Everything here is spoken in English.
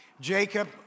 Jacob